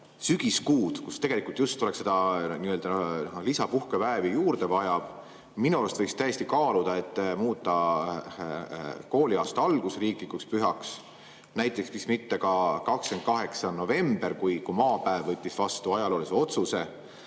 sügiskuud, kus tegelikult oleks lisapuhkepäevi juurde vaja. Minu arust võiks täiesti kaaluda, et muuta näiteks kooliaasta algus riiklikuks pühaks. Ja miks mitte ka 28. november, kui maapäev võttis vastu ajaloolise otsuse.